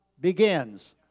begins